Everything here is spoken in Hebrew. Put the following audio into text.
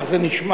כן, כך זה נשמע.